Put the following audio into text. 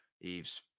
Eve's